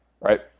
Right